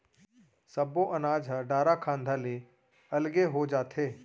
सब्बो अनाज ह डारा खांधा ले अलगे हो जाथे